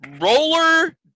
roller